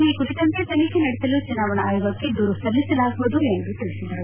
ಈ ಕುರಿತಂತೆ ತನಿಖೆ ನಡೆಸಲು ಚುನಾವಣಾ ಆಯೋಗಕ್ಕೆ ದೂರು ಸಲ್ಲಿಸಲಾಗುವುದು ಎಂದು ತಿಳಿಸಿದರು